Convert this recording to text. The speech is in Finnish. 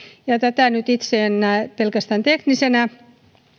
ja tätä nyt itse en näe pelkästään teknisenä